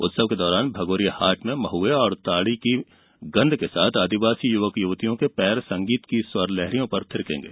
उत्सव के दौरान भगोरिया हाट में महुए और ताड़ी की मादक गंध के साथ आदिवासी युवक युवतियों के पैर संगीत की स्वर लहरियों के साथ थिरकेंगे